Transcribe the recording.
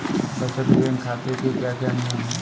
बचत बैंक खाते के क्या क्या नियम हैं?